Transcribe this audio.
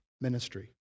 ministry